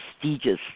prestigious